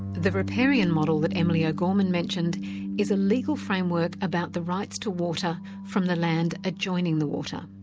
the riparian model that emily o'gorman mentioned is a legal framework about the rights to water from the land adjoining the water.